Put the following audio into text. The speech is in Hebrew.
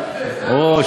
או,